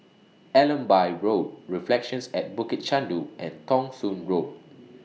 Allenby Road Reflections At Bukit Chandu and Thong Soon Road